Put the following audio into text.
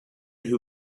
who